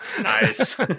nice